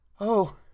Oh